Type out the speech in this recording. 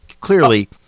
clearly